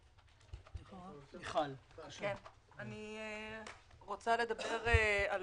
אני רוצה לדבר על